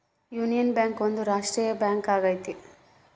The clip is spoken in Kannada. ಯೂನಿಯನ್ ಬ್ಯಾಂಕ್ ಒಂದು ರಾಷ್ಟ್ರೀಯ ಬ್ಯಾಂಕ್ ಆಗೈತಿ